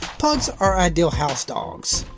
pugs are ideal house dogs.